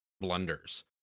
blunders